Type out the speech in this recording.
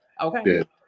Okay